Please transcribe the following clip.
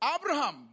Abraham